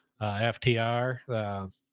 FTR